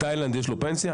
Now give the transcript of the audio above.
בתאילנד יש לו פנסיה?